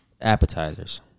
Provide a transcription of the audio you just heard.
Appetizers